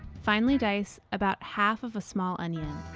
finely dice about half of a small onion.